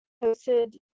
posted